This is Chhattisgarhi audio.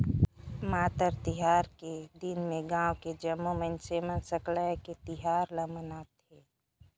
मातर तिहार के दिन में गाँव के जम्मो मइनसे मन सकलाये के तिहार ल मनाथे